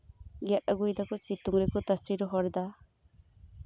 ᱜᱮᱛ ᱟᱹᱜᱩᱭ ᱫᱟ ᱥᱤᱛᱩᱝ ᱨᱮᱠᱚ ᱛᱟᱸᱥᱮᱮ ᱨᱚᱦᱚᱲ ᱫᱟ